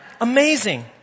Amazing